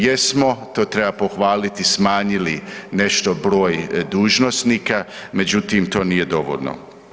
Jesmo to treba pohvaliti, smanjili nešto broj dužnosnika, međutim to nije dovoljno.